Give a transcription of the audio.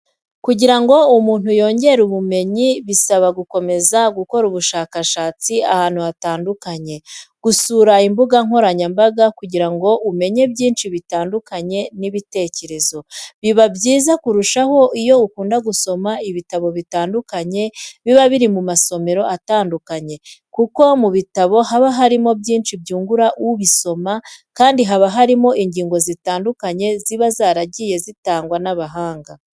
Kugira ngo umuntu yongere ubumenyi bisaba gukomeza gukora ubushakashatsi ahantu hatandukanye, gusura imbuga nkoranyambaga kugira ngo umenye byinshi bitandukanye n'ibitekerezo. Biba byiza kurushaho iyo ukunda gusoma ibitabo bitandukanye biba biri mu masomero atandukanye, kuko mu bitabo haba harimo byinshi byungura ubisoma kandi haba harimo ingingo zitandukanye ziba zaragiwe zitangwa n'abahanga.